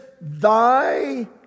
thy